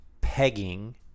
pegging